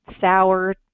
sour